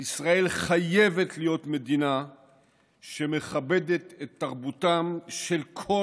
ישראל חייבת להיות מדינה שמכבדת את תרבותם של כל